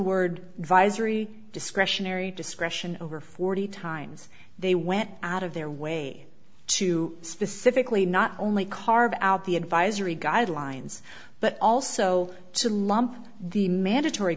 advisory discretionary discretion over forty times they went out of their way to specifically not only carve out the advisory guidelines but also to lump the mandatory